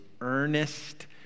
earnest